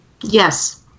Yes